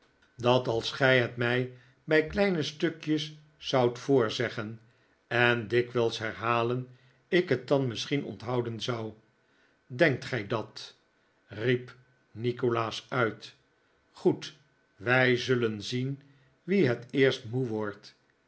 dat als gij het mij bij kleine stukjes zoudt voorzeggen en dikwijls herhalen ik het dan misschien onthouden zou denkt gij dat riep nikolaas uit goed wij zullen zien wie het eerst moe wordt